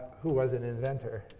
who was an inventor.